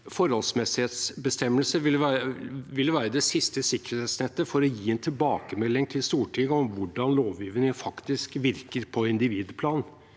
forholdsmessighetsbestemmelse ville være det siste sikkerhetsnettet for å gi en tilbakemelding til Stortinget om hvordan lovgivningen faktisk virker på individplan